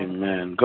Amen